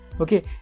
Okay